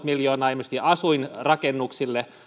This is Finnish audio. miljoonaa ilmeisesti asuinrakennuksille